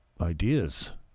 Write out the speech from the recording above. ideas